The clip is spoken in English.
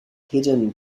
hidden